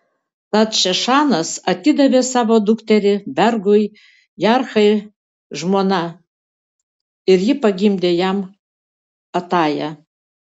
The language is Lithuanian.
tad šešanas atidavė savo dukterį vergui jarhai žmona ir ji pagimdė jam atają